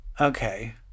okay